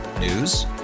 News